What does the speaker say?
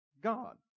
God